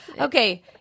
okay